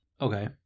Okay